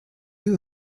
you